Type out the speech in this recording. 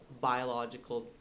biological